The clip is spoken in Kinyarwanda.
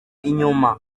inyuma